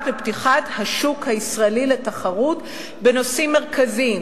לפתיחת השוק הישראלי לתחרות בנושאים מרכזיים,